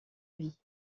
vie